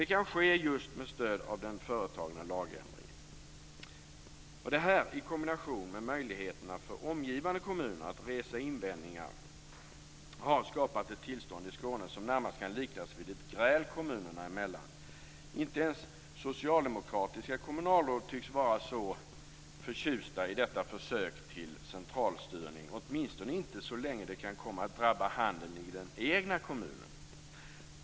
Det kan ske just med stöd av den företagna lagändringen. Det här i kombination med möjligheterna för omgivande kommuner att resa invändningar har skapat ett tillstånd i Skåne som närmast kan liknas vid ett gräl kommunerna emellan. Inte ens socialdemokratiska kommunalråd tycks vara så förtjusta i detta försök till centralstyrning, åtminstone inte så länge det kan komma att drabba handeln i den egna kommunen.